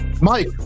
Mike